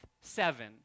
seven